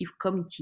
committee